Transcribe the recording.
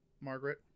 Margaret